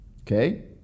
Okay